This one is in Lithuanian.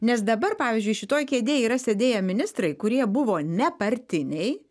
nes dabar pavyzdžiui šitoj kėdėj yra sėdėję ministrai kurie buvo nepartiniai